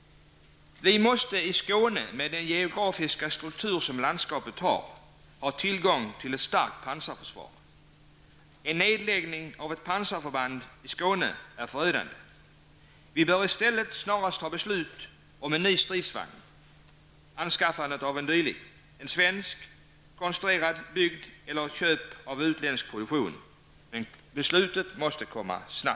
Vi måste i Skåne, med den geografiska struktur som landskapet har, ha tillgång till ett starkt pansarförsvar. En nedläggning av ett pansarförband i Skåne är förödande. Vi bör i stället snart fatta beslut om anskaffande av en ny stridsvagn -- en svenskkonstruerad eller köpt av utländsk producent. Men beslutet måste fattas snart.